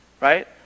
Right